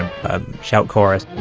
ah ah shout chorus.